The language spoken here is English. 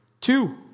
Two